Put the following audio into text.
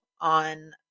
on